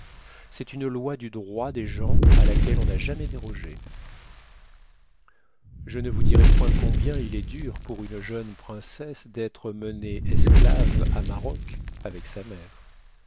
c'est une loi du droit des gens à laquelle on n'a jamais dérogé je ne vous dirai point combien il est dur pour une jeune princesse d'être menée esclave à maroc avec sa mère